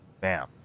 Bam